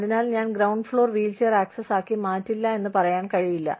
അതിനാൽ ഞാൻ ground floor wheelchair access ആക്കി മാറ്റില്ല എന്ന് പറയാൻ കഴിയില്ല